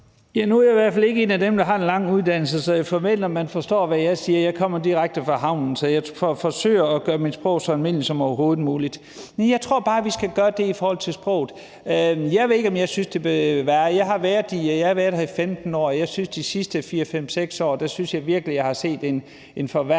Nu er jeg i hvert fald ikke en af dem, der har en lang uddannelse, så jeg forventer, at man forstår, hvad jeg siger. Jeg kommer direkte fra havnen, og jeg forsøger at gøre mit sprog så almindeligt som overhovedet muligt, og jeg tror bare, vi skal gøre det i forhold til sproget. Jeg ved ikke, om jeg synes, det er blevet værre. Jeg har været her i 15 år, og jeg synes, at jeg de sidste 4, 5, 6 år virkelig har set en forværring